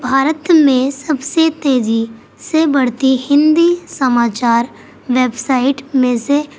بھارت میں سب سے تیزی سے بڑھتی ہندی سماچار ویب سائٹ میں سے